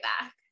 back